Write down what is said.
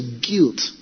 guilt